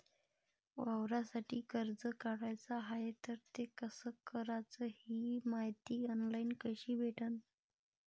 वावरासाठी कर्ज काढाचं हाय तर ते कस कराच ही मायती ऑनलाईन कसी भेटन?